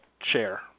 share